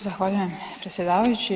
Zahvaljujem predsjedavajući.